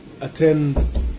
attend